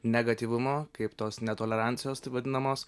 negatyvumo kaip tos netolerancijos taip vadinamos